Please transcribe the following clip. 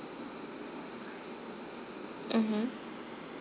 mmhmm